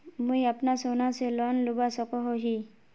मुई अपना सोना से लोन लुबा सकोहो ही?